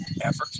effort